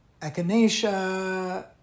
echinacea